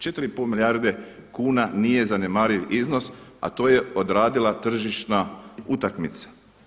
4 i pol milijarde kuna nije zanemariv iznos, a to je odradila tržišna utakmica.